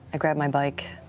i grab my bike.